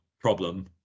problem